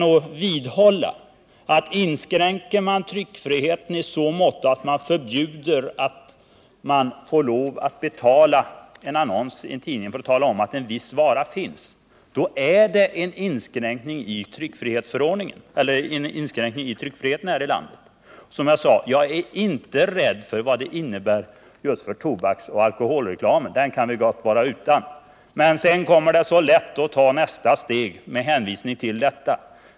Sedan vill jag vidhålla att man, om man förbjuder en annonsör att tala om att en viss vineller spritsort finns, inskränker tryckfriheten här i landet. Jag är, som jag sade, inte rädd för vad det innebär för tobaksoch alkoholreklamen — den kan vi gott vara utan — men det är så lätt hänt att sådana reklamförbud följs upp av reklamförbud också mot andra varor.